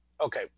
Okay